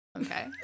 Okay